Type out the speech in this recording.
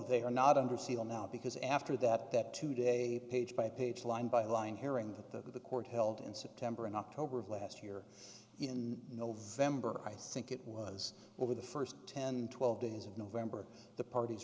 they are not under seal now because after that that today page by page line by line hearing that the court held in september and october of last year in november i think it was over the first ten twelve days of november the parties